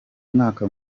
mwaka